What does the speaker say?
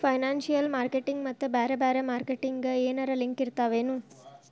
Financial marketing ಮತ್ತ ಬ್ಯಾರೆ ಬ್ಯಾರೆ ಮಾರ್ಕೆಟಿಂಗ್ ಗೆ ಏನರಲಿಂಕಿರ್ತಾವೆನು?